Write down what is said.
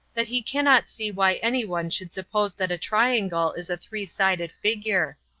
that he cannot see why anyone should suppose that a triangle is a three-sided figure.